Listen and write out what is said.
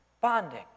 bonding